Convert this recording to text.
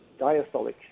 diastolic